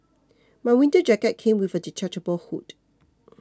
my winter jacket came with a detachable hood